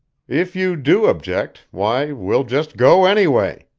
if you do object, why we'll just go anyway.